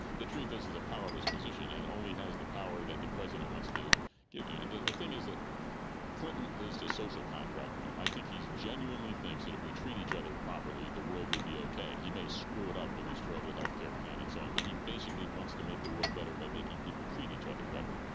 the truth is it's a powerless position and only has the power that the president wants to give you. and the the thing is that clinton is a social contract man. i think he genuinely thinks that if we treat each other properly, the world will be okay. he may screw it up with his terrible healthcare plan and so on but he basically wants to make the world better by making people treat each other better.